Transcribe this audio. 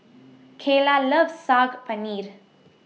Kaylah loves Saag Paneer